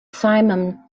simum